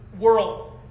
world